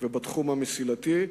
ובתחום המסילתי.